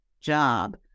job